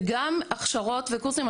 וגם הכשרות וקורסים.